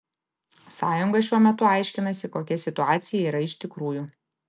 sąjunga šiuo metu aiškinasi kokia situacija yra iš tikrųjų